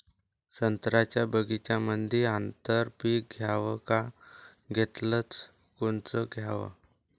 संत्र्याच्या बगीच्यामंदी आंतर पीक घ्याव का घेतलं च कोनचं घ्याव?